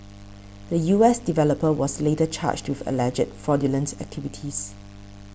the U S developer was later charged with alleged fraudulent activities